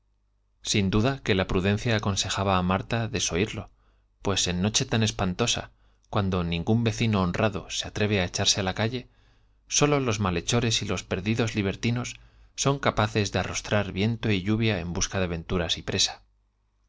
sin duda que la pru miante que la instaba á abrir en noche tan dencia aconsejaba á marta desoírlo pues vecino honrado se atreve á espantosa cuando ningún malhechores y los perdidos echarse á la cabe sólo los de arrostrar viento y lluvia en libertinos son capaces marta debió haber refle busca de aventuras y presa